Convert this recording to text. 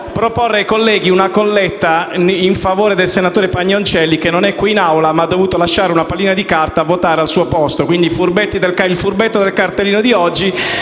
proporre ai colleghi una colletta in favore del senatore Pagnoncelli che non è presente in Aula e ha dovuto lasciare una pallina di carta a votare al suo posto. Il furbetto del cartellino di oggi